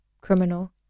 criminal